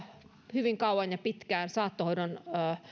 hyvin kauan ja pitkään saattohoidon